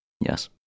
Yes